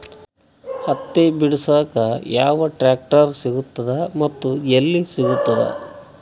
ಹತ್ತಿ ಬಿಡಸಕ್ ಯಾವ ಟ್ರಾಕ್ಟರ್ ಸಿಗತದ ಮತ್ತು ಎಲ್ಲಿ ಸಿಗತದ?